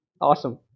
Awesome